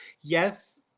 yes